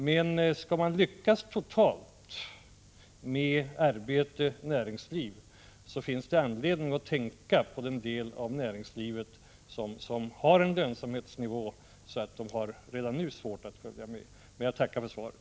Men skall vi lyckas bra med det totala näringslivet så finns det anledning att tänka på den del av näringslivet som har så låg lönsamhetsnivå att den redan i dag har svårt att följa med. Jag tackar för svaret.